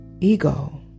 ego